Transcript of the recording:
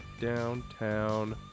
downtown